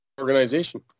organization